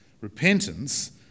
Repentance